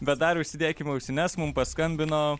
bet dar užsidėkim ausines mum paskambino